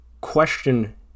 question